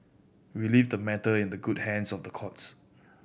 we leave the matter in the good hands of the courts